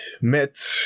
met